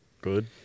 good